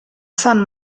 san